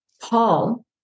Paul